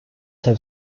have